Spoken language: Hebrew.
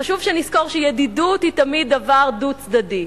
חשוב שנזכור שידידות היא תמיד דבר דו-צדדי.